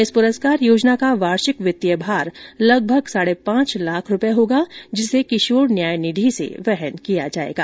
इस पुरस्कार योजना का वार्षिक वित्तीय भार लगभग साढ़े पांच लाख रूपये होगा जिसे किशोर न्याय निधि से वहन किया जाएगा